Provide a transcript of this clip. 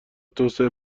توسعه